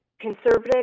conservative